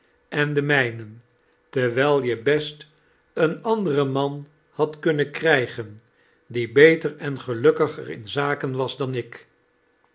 em de inijnwn terwijl je best een anderen man hadt kuinmen krijgen die belter en gelukkiger in zaken was dan ik